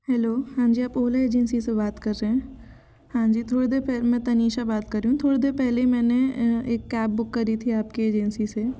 hello हाँ जी आप ओला एजेंसी से बात कर रहे हैं हाँ जी थोड़ी देर मैं तनीशा बात कर रही हूँ थोड़ी देर पहले ही मैंने एक कैब बुक करी थी आपकी एजेंसी से